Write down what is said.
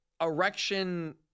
erection